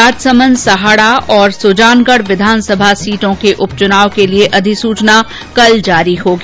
राजसमंद सहाड़ा और सुजानगढ़ विधानसभा सीटों के उपचुनाव के लिए अधिसूचना कल जारी होगी